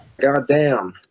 Goddamn